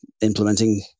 implementing